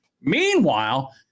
Meanwhile